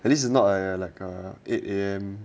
at least not leh like a eight A_M